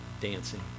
dancing